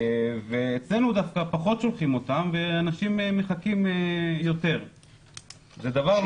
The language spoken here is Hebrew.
אצלנו דווקא פחות שולחים אותם ואנשים מחכים יותר זמן.